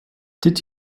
did